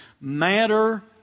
Matter